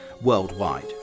worldwide